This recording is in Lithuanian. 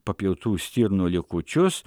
papjautų stirnų likučius